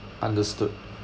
understood